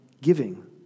giving